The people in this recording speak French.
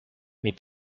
mais